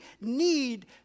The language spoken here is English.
need